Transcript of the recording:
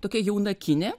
tokia jauna kinė